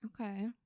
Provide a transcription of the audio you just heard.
Okay